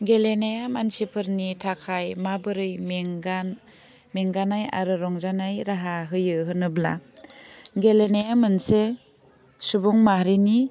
गेलेनाया मानसिफोरनि थाखाय माबोरै मेंगा मेंगानाय आरो रंजानाय राहा होयो होनोब्ला गेलेनाया मोनसे सुबुं माहारिनि